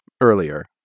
earlier